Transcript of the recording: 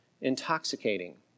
intoxicating